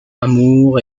amour